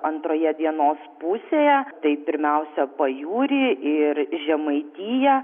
antroje dienos pusėje tai pirmiausia pajūrį ir žemaitiją